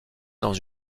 dans